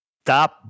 stop